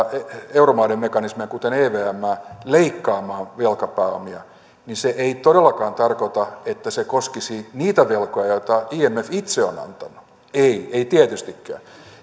euromaiden mekanismeja kuten evmää leikkaamaan velkapääomia niin se ei todellakaan tarkoita että se koskisi niitä velkoja joita imf itse on antanut ei ei tietystikään